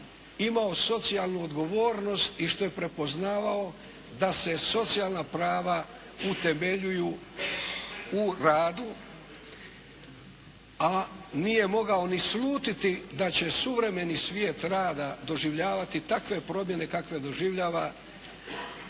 imao socijalnu odgovornost i što je prepoznavao da se socijalna prava utemeljuju u radu, a nije mogao ni slutiti da će suvremeni svijet rada doživljavati takve promjene kakve doživljava